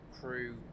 crew